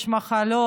יש מחלות,